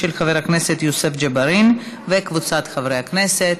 של חבר הכנסת יוסף ג'בארין וקבוצת חברי הכנסת.